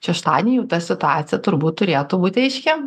šeštadienį jau ta situacija turbūt turėtų būti aiški